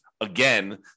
again